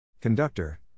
Conductor